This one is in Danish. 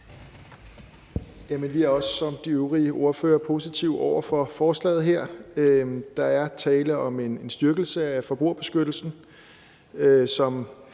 Vi er også som de øvrige ordførere positive over for forslaget her. Der er tale om en styrkelse af forbrugerbeskyttelsen, og